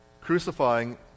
crucifying